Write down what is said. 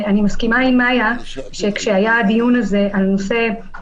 אני מסכימה עם מאיה שכשהיה הדיון הזה --- אנחנו